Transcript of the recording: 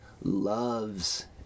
loves